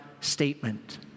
statement